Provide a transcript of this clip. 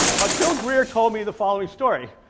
but bill greer told me the following story,